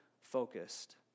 focused